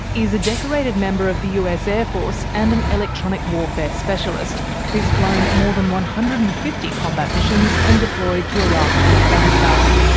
is a decorated member of the us air force and an electronic warfare specialist who's flown more than one hundred and fifty combat missions and deployed to iraq and afghanistan.